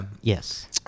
Yes